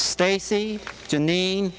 stacy janine